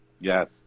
Yes